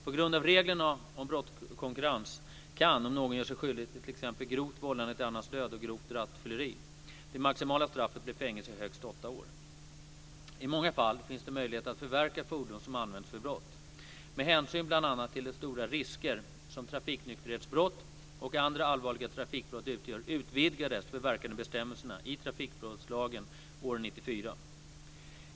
På grund av reglerna om brottskonkurrens kan, om någon gör sig skyldig till t.ex. grovt vållande till annans död och grovt rattfylleri, det maximala straffet bli fängelse i högst åtta år. I många fall finns det möjlighet att förverka fordon som använts vid brott. Med hänsyn bl.a. till de stora risker som trafiknykterhetsbrott och andra allvarliga trafikbrott utgör utvidgades förverkandebestämmelsen i trafikbrottslagen år 1994.